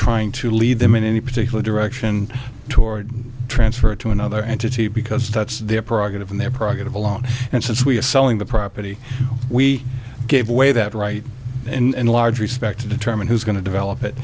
trying to lead them in any particular direction toward transfer to another entity because that's their prerogative and their profit alone and since we're selling the property we gave away that right in large respect to determine who's going to develop it